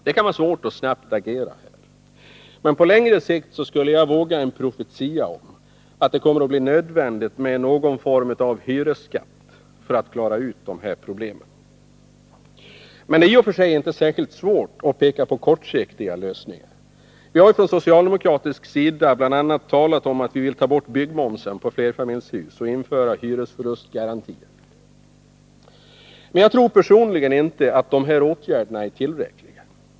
Det kan vara svårt att agera snabbt, men jag skulle våga en profetia om att det på längre sikt kommer att bli nödvändigt med någon form av hyresskatt för att klara ut de här problemen. I och för sig är det inte särskilt svårt att peka på kortsiktiga lös ningar. Vi har från socialdemokratisk sida bl.a. talat om att vi vill ta bort byggmomsen på flerfamiljshus och införa hyresförlustgarantier. Men personligen tror jag inte att de åtgärderna är tillräckliga.